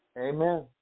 Amen